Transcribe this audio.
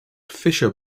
fisher